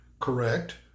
Correct